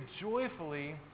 joyfully